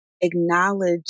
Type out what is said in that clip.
acknowledge